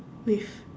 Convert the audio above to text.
with